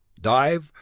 dive,